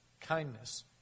kindness